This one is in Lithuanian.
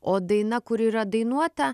o daina kuri yra dainuota